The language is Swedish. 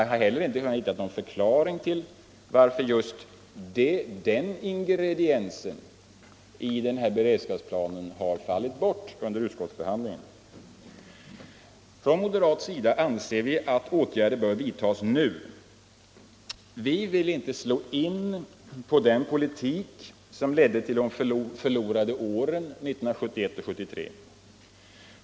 Jag har inte heller kunnat finna någon förklaring till varför just den ingrediensen i beredskapsplanen har fallit bort under utskottsbehandlingen. Från moderat sida anser vi att åtgärder bör vidtas nu. Vi vill inte slå in på den politik som ledde till de förlorade åren 1971-1973.